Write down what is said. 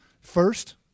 First